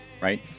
right